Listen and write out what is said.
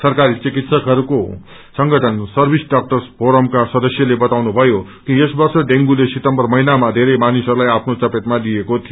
सरकारी चिकिस्तकहरूको संगठन सव्रिस डार्क्टस फोरमका सदस्यले बताउनु भयो कि यसवर्ष डेंगूले सितम्बर महिनामा धोरै मानिसहरूलाई आपनो चपेटमा लिएको थियो